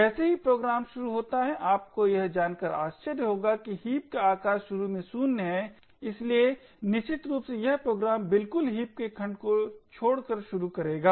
जैसे ही प्रोग्राम शुरू होता है आपको यह जानकर आश्चर्य होगा कि हीप का आकार शुरू में 0 है इसलिए निश्चित रूप से यह प्रोग्राम बिल्कुल हीप के खंड को छोड़कर शुरू करेगा